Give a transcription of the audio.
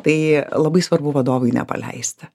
tai labai svarbu vadovui ne paleisti